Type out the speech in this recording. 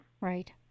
Right